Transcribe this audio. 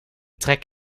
trek